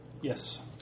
Yes